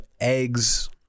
eggs